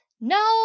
No